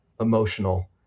emotional